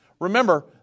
Remember